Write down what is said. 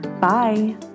Bye